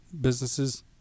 businesses